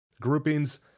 groupings